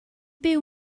byw